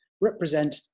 represent